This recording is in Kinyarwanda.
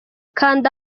kanda